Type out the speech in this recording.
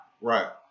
Right